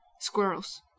Squirrels